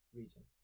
region